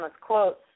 quotes